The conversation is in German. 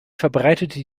verbreitete